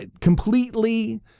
completely